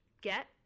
get